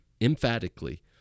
emphatically